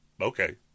okay